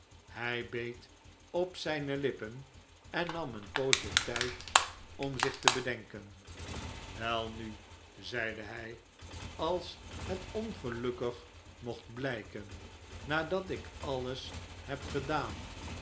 hij beet op zijne lippen en nam een poosje tijd om zich te bedenken welnu zeide hij als het ongelukkig mocht blijken nadat ik alles heb gedaan